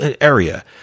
area